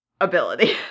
ability